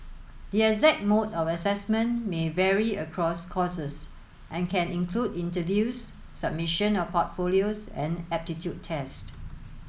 the exact mode of assessment may vary across courses and can include interviews submission of portfolios and aptitude tests